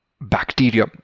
bacteria